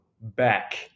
back